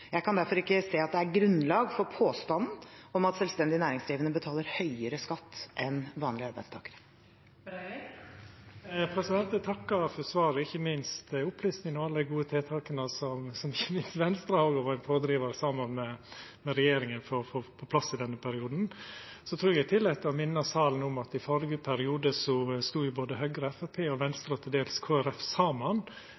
kan derfor ikke se at det er grunnlag for påstanden om at selvstendig næringsdrivende betaler høyere skatt enn vanlige arbeidstakere. Eg takkar for svaret, og for opplysinga om alle dei gode tiltaka som ikkje minst Venstre har vore pådrivar saman med regjeringa for å få på plass i denne perioden. Så tillèt eg meg å minna salen om at i førre periode stod både Høgre, Framstegspartiet, Venstre og